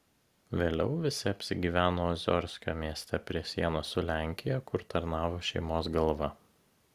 vėliau visi apsigyveno oziorsko mieste prie sienos su lenkija kur tarnavo šeimos galva